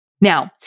Now